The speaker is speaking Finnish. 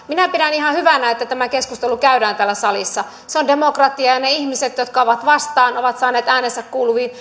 minä pidän ihan hyvänä että tämä keskustelu käydään täällä salissa se on demokratiaa ja ne ihmiset jotka ovat vastaan ovat saaneet äänensä kuuluviin